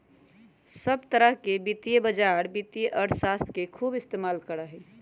सब तरह के वित्तीय बाजार वित्तीय अर्थशास्त्र के खूब इस्तेमाल करा हई